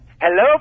Hello